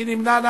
מי נמנע?